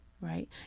right